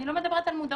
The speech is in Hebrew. אני לא מדברת על מודעות.